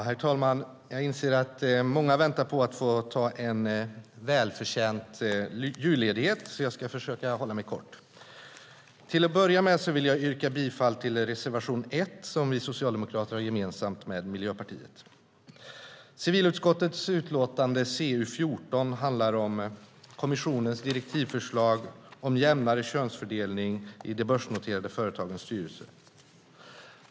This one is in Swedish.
Herr talman! Jag inser att många väntar på att få ta en välförtjänt julledighet, så jag ska försöka hålla mig kort. Till att börja med vill jag yrka bifall till reservation 1 som vi socialdemokrater har gemensamt med Miljöpartiet. Civilutskottets utlåtande CU14 handlar om kommissionens direktivförslag om jämnare könsfördelning i de börsnoterade företagens styrelser.